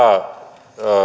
ne